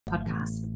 Podcast